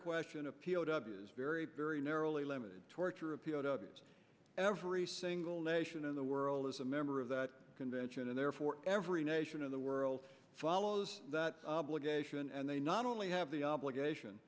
question a p o w is very very narrowly limited torture of every single nation in the world is a member of that convention and therefore every nation in the world follows that obligation and they not only have the obligation